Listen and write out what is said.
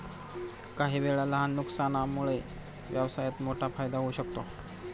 काहीवेळा लहान नुकसानामुळे व्यवसायात मोठा फायदा होऊ शकतो